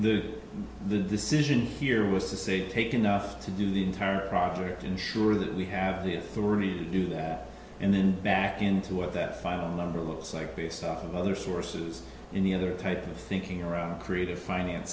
the the decision here was to say take enough to do the entire project ensure that we have the authority to do that and then back into what that final number looks like be a stock of other sources in the other type of thinking around creative finance